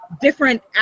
different